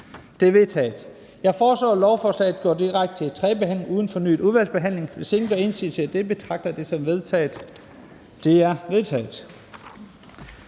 Det er vedtaget. Jeg foreslår, at lovforslaget går direkte til tredje behandling uden fornyet udvalgsbehandling. Hvis ingen gør indsigelse mod dette, betragter jeg det som vedtaget. Det er vedtaget.